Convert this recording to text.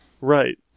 Right